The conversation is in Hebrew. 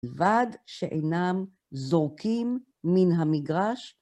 בלבד שאינם זורקים מן המגרש.